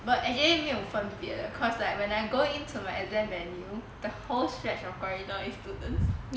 but in the end 没有分别的 cause like when I go in to my exam venue the whole stretch of corridor is like students